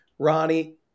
Ronnie